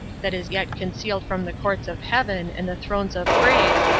that is yet concealed from the courts of heaven and the thrones of grace,